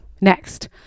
next